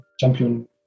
champion